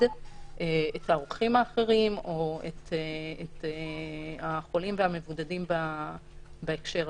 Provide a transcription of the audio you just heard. את האורחים האחרים או את החולים והמבודדים בהקשר הזה.